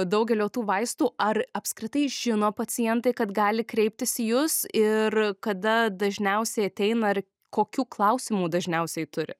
daugelio tų vaistų ar apskritai žino pacientai kad gali kreiptis į jus ir kada dažniausiai ateina ir kokių klausimų dažniausiai turi